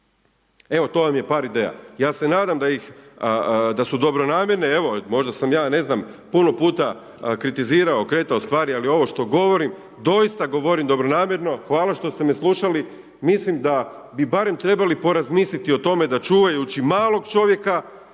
Evo to vam je par ideja. Ja se nadam da su dobronamjerne, evo možda sam ja ne zna, puno puta kritizirao, okretao stvari, ali ovo što govorim, doista govorim dobronamjerno, hvala što ste me slušali, mislim da bi barem trebali porazmisliti o tome da čuvajući malog čovjeka,